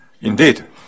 Indeed